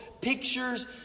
pictures